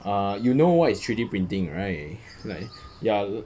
err you know what is three D printing right like ya